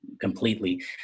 completely